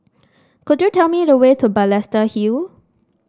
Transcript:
could you tell me the way to Balestier Hill